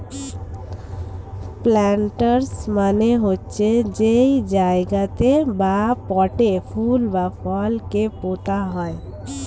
planters মানে হচ্ছে যেই জায়গাতে বা পটে ফুল বা ফল কে পোতা হয়